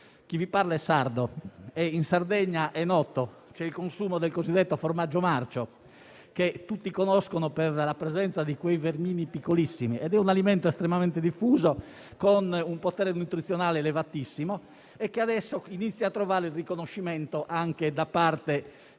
Chi vi parla è sardo e in Sardegna è noto che il cosiddetto formaggio marcio, che tutti conoscono per la presenza di vermini piccolissimi, è un alimento estremamente diffuso con un potere nutrizionale elevatissimo, che adesso inizia ad ottenere il riconoscimento anche da parte